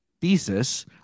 thesis